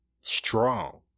strong